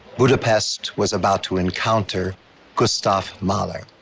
budapest was about to encounter gustav mahler.